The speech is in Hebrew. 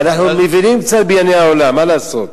אנחנו מבינים קצת בענייני העולם, מה לעשות.